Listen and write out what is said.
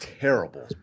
terrible